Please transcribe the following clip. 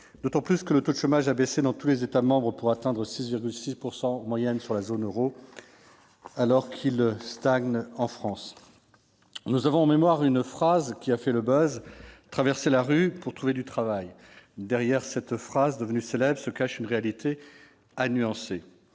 d'autant que le taux de chômage a baissé dans tous les États membres pour atteindre 6,6 % en moyenne dans la zone euro alors qu'il stagne en France. Nous avons tous en mémoire une phrase qui a fait le buzz « traverser la rue pour trouver du travail ». Derrière cette phrase devenue célèbre se cache une réalité à nuancer.